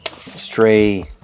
stray